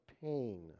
pain